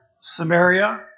Samaria